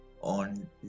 on